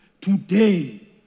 Today